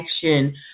connection